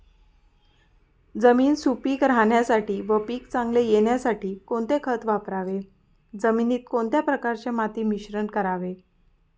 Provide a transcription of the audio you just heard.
जमीन सुपिक राहण्यासाठी व पीक चांगले येण्यासाठी कोणते खत वापरावे? जमिनीत कोणत्या प्रकारचे माती मिश्रण करावे?